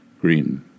Green